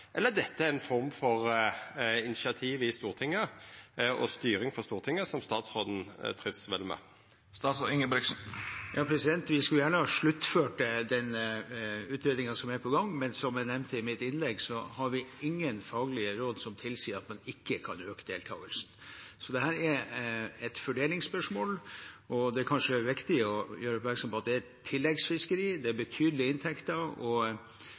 eller er dette ei form for initiativ i Stortinget og styring frå Stortinget som statsråden trivst vel med? Vi skulle gjerne ha sluttført den utredningen som er på gang, men som jeg nevnte i mitt innlegg, har vi ingen faglige råd som tilsier at man ikke kan øke deltakelsen. Dette er et fordelingsspørsmål. Det er kanskje viktig å gjøre oppmerksom på at det er et tilleggsfiskeri. Det er betydelige inntekter, og